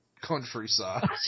countryside